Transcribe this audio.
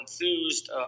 enthused